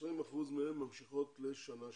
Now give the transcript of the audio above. כ-20% מהן ממשיכות לשנה שנייה.